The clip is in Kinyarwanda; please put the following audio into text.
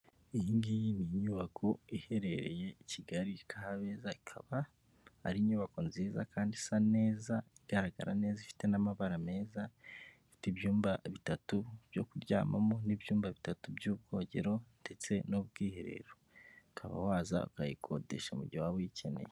Iyi ngiyi n'inyubako iherereye i Kigali, Kabeza, ikaba ari inyubako nziza kandi isa neza igaragara neza ifite n'amabara meza, ifite ibyumba bitatu byo kuryamamo n'ibyumba bitatu by'ubwogero ndetse n'ubwiherero, ukaba waza ukayikodesha mu gihe waba uyikeneye.